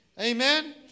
Amen